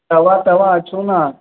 तव्हां तव्हां अचो न